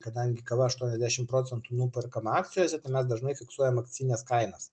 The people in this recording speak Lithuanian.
kadangi kava aštuoniasdešim procentų nuperkama akcijose tai mes dažnai fiksuojam akcijines kainas